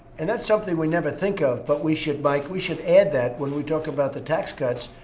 and that's something we never think of, but we should, mike, we should add that when we talk about the tax cuts.